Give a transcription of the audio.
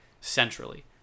centrally